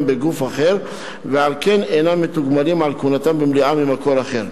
בגוף אחר ועל כן אינם מתוגמלים על כהונתם במליאה ממקור אחר.